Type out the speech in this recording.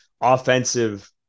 offensive